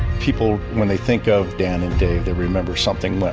people, when they think of dan and dave, they remember something went